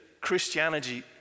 Christianity